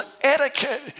etiquette